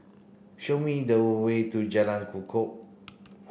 show me the way to Jalan Kukoh